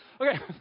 Okay